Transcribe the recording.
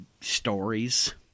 stories